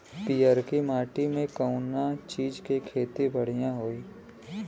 पियरकी माटी मे कउना चीज़ के खेती बढ़ियां होई?